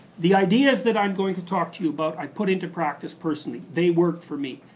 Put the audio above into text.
the ideas that i'm going to talk to you about, i've put into practice personally. they work for me.